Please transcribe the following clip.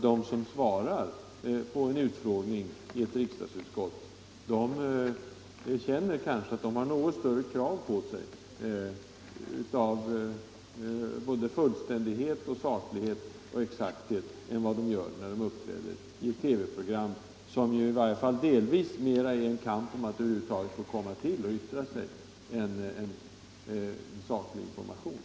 De som svarar på en utfrågning i ett riks dagsutskott känner kanske att de har något större krav på sig beträffande — Nr 7 saklighet, fullständighet och exakthet än när de uppträder i ett TV-program, som mer är en kamp om att över huvud taget få komma fram och yttra sig, än en saklig diskussion.